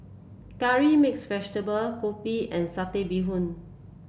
Curry Mixed Vegetable Kopi and Satay Bee Hoon